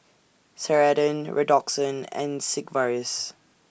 Ceradan Redoxon and Sigvaris